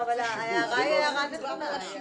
אבל ההערה היא הערה נכונה.